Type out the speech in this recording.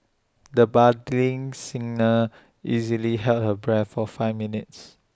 the budding singer easily held her breath for five minutes